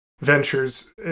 ventures